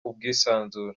ubwisanzure